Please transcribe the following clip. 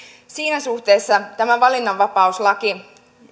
siinä suhteessa tämä valinnanvapauslaki